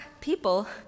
people